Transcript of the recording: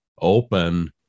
open